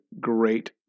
great